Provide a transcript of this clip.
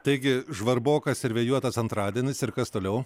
taigi žvarbokas ir vėjuotas antradienis ir kas toliau